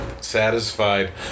satisfied